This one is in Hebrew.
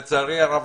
לצערי הרב,